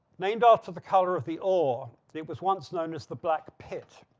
named after the color of the ore, it was once known as the black pit.